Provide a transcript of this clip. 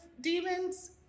demons